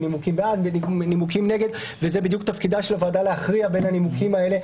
וזה בדיוק תפקידה של הוועדה להכריע בין הנימוקים האלה,